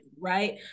right